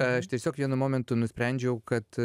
aš tiesiog vienu momentu nusprendžiau kad